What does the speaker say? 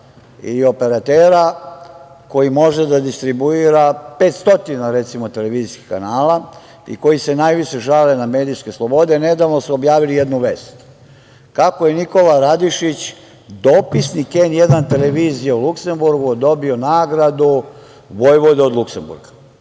ili operatera koji može da distribuira 500 televizijskih kanala i koji se najviše žale na medijske slobode, nedavno su objavili jednu vest, kako je Nikola Radišić, dopisnik N1 televizije u Luksemburgu, dobio nagradu vojvode od Luksemburga.